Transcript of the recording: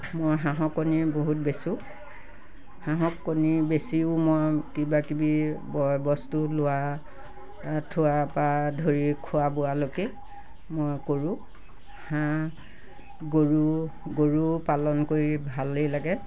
মই হাঁহৰ কণীও বহুত বেচোঁ হাঁহৰ কণী বেচিও মই কিবা কিবি বয় বস্তু লোৱা থোৱাৰ পৰা ধৰি খোৱা বোৱালৈকে মই কৰোঁ হাঁহ গৰু গৰু পালন কৰি ভালেই লাগে